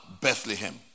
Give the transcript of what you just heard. Bethlehem